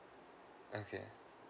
okay